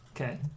Okay